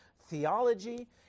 theology